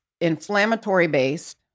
inflammatory-based